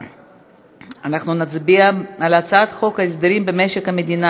להעביר את הצעת חוק הסדרים במשק המדינה